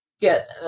get